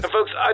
Folks